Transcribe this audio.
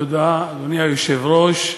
אדוני היושב-ראש,